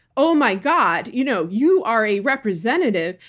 oh my god, you know you are a representative.